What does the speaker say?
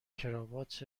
کراوات